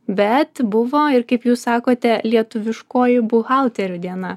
bet buvo ir kaip jūs sakote lietuviškoji buhalterių diena